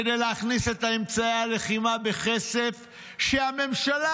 כדי להכניס את אמצעי הלחימה בכסף שהממשלה,